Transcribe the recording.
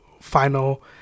final